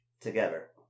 together